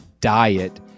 diet